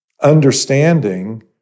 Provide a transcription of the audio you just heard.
understanding